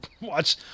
Watch